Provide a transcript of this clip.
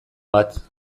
bat